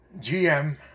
GM